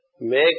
make